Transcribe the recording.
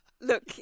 Look